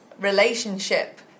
relationship